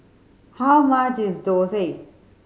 how much is dosa